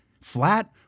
flat